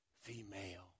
female